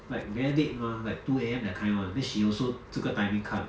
like very late mah like two A_M that kind [one] then she also 这个 timing 看